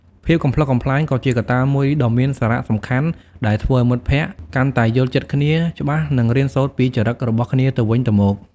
ភាពកំប្លុកកំប្លែងក៏ជាកត្តាមួយដ៏មានសារៈសំខាន់ដែលធ្វើឱ្យមិត្តភក្តិកាន់តែយល់ចិត្តគ្នាច្បាស់និងរៀនសូត្រពីចរិតរបស់គ្នាទៅវិញទៅមក។